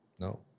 No